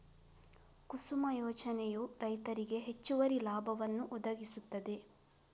ಕುಸುಮ ಯೋಜನೆಯು ರೈತರಿಗೆ ಹೆಚ್ಚುವರಿ ಲಾಭವನ್ನು ಒದಗಿಸುತ್ತದೆ